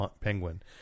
penguin